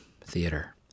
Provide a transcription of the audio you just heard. Theater